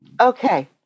Okay